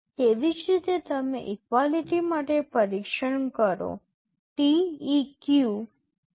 તેવી જ રીતે તમે ઇક્વાલિટી માટે પરીક્ષણ કરો TEQ